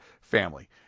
family